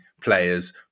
players